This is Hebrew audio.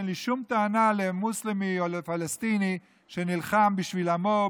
שאין לי שום טענה למוסלמי או לפלסטיני שנלחם בשביל עמו,